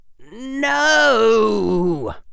No